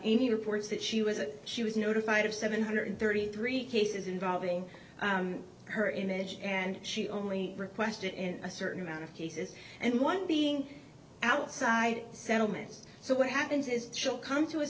any reports that she was a she was notified of seven hundred thirty three cases involving her image and she only requested in a certain amount of cases and one being outside the settlements so what happens is should come to a